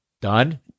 Done